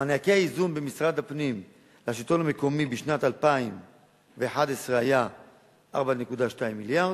מענקי האיזון במשרד הפנים לשלטון המקומי בשנת 2001 היו 4.2 מיליארד,